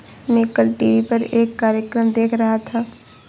मैं कल टीवी पर एक कार्यक्रम देख रहा था